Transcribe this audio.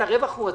הרווח הוא עצום.